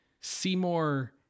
Seymour